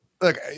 look